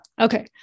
Okay